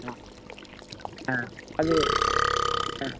ಹಾಂ ಹಾಂ ಅದು ಹಾಂ